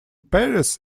paris